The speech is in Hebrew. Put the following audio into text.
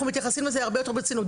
אנחנו מתייחסים לזה הרבה יותר ברצינות.